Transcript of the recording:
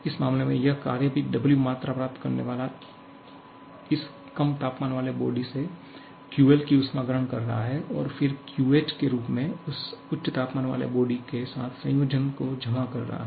इस मामले में यह कार्य की W मात्रा प्राप्त करने वाले इस कम तापमान वाले बॉडी से QL की ऊष्मा ग्रहण कर रहा है और फिर QH के रूप में उच्च तापमान वाले बॉडी के साथ संयोजन को जमा कर रहा है